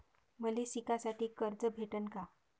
मले शिकासाठी कर्ज भेटन का?